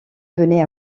venait